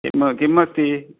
किं किम् अस्ति